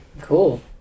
cool